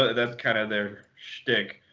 ah that's kind of their shtick,